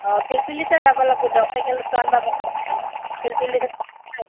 অঁ পিলপিলিতে যাব লাগব দ'ক চাইকেলতটো আনবা পাৰা নাই পিলপিলিতে যাব লাগব